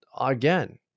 again